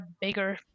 bigger